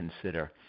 consider